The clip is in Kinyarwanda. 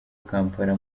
kampala